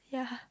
yeah